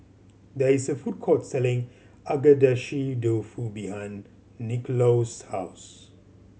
there is a food court selling Agedashi Dofu behind Nicklaus' house